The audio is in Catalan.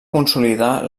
consolidar